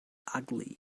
ugly